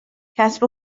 کسب